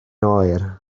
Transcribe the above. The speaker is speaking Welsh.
oer